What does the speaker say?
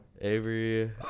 avery